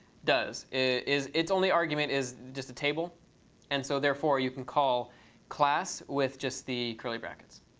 does is, its only argument is just a table and so therefore you can call class with just the curly brackets.